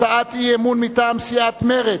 הצעת אי-אמון מטעם סיעת מרצ,